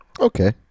Okay